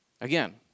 Again